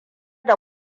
da